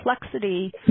complexity